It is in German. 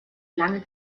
lange